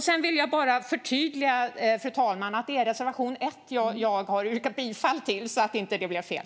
Sedan vill jag bara förtydliga, fru talman, att det är reservation 1 jag har yrkat bifall till, så att det inte blir fel.